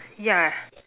ya